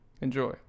Enjoy